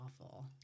awful